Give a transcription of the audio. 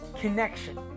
connection